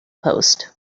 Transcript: post